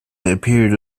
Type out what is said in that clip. appeared